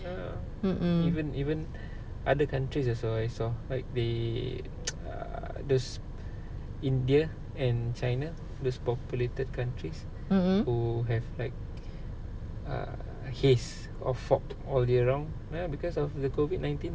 ya even even other countries also I saw like they they err those india and china those populated countries who have like err haze or fog all year round ya because of the COVID nineteen